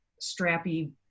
strappy